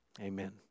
Amen